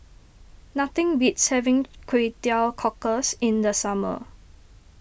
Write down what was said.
nothing beats having Kway Teow Cockles in the summer